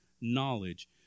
knowledge